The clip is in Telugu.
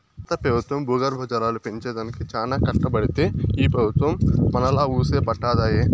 గత పెబుత్వం భూగర్భ జలాలు పెంచే దానికి చానా కట్టబడితే ఈ పెబుత్వం మనాలా వూసే పట్టదాయె